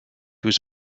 was